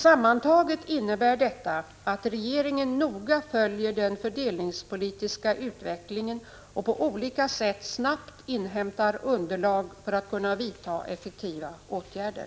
Sammantaget innebär detta att regeringen noga följer den fördelningspolitiska utvecklingen och på olika sätt snabbt inhämtar underlag för att kunna vidta effektiva åtgärder.